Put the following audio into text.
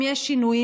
אם יש שינויים,